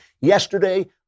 Yesterday